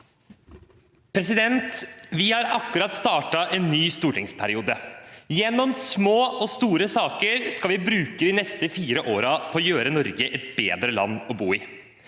Vi har ak- kurat startet en ny stortingsperiode. Gjennom små og store saker skal vi bruke de neste fire årene på å gjøre Norge til et bedre land å bo i.